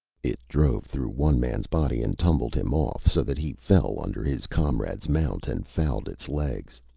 it drove through one man's body and tumbled him off, so that he fell under his comrade's mount and fouled its legs.